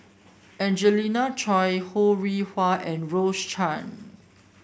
Angelina Choy Ho Rih Hwa and Rose Chan